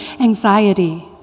anxiety